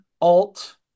Alt